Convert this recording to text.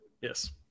Yes